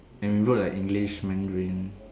and we wrote like English Mandarin